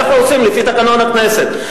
ככה עושים לפי תקנון הכנסת.